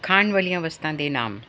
ਖਾਣ ਵਾਲੀਆਂ ਵਸਤਾਂ ਦੇ ਨਾਮ